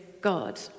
God